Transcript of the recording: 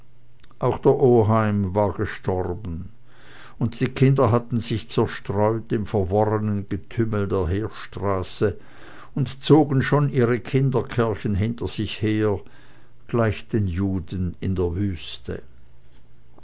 auch der oheim war gestorben und die kinder hatten sich zerstreut im verworrenen getümmel der heerstraße und zogen schon ihre kinderkärrchen hinter sich her gleich den juden in der wüste